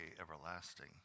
everlasting